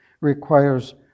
requires